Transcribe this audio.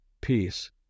peace